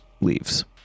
leaves